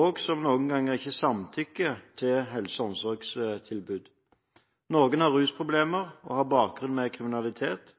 og som noen ganger ikke samtykker til helse- og omsorgstilbud. Noen har rusproblemer og en bakgrunn med kriminalitet,